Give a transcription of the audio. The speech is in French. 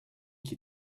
qui